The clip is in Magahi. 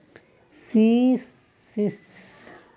सिएससी स कृषि लाइसेंसेर आवेदन करे दे